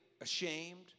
ashamed